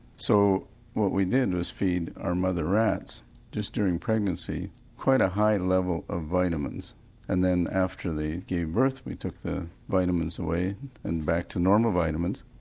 so what we did was feed our mother rats just during pregnancy quite a high level of vitamins and then after they gave birth we took the vitamins away and back to normal vitamins.